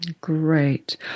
Great